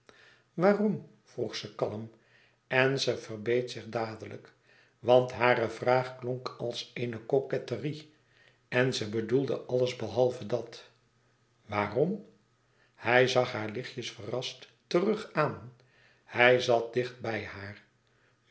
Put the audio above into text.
waarom vroeg ze kalm en ze verbeet zich dadelijk want hare vraag klonk als eene coquetterie en ze bedoelde alles behalve dat waarom hij zag haar lichtjes verrast terug aan hij zat dicht bij haar